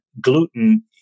gluten